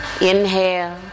Inhale